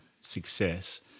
success